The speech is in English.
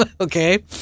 Okay